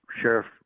Sheriff